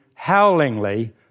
howlingly